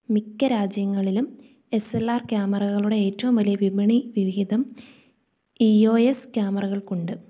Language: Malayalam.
മിക്ക രാജ്യങ്ങളിലും എസ് എൽ ആർ ക്യാമറകളുടെ ഏറ്റവും വലിയ വിപണിവിഹിതം ഇ ഒ എസ് ക്യാമറകൾക്കുണ്ട്